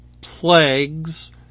plagues